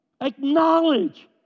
acknowledge